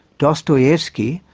dostoyevsky,